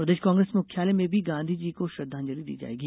प्रदेश कांग्रेस मुख्यालय में भी गांधीजी को श्रद्वांजली दी जायेगी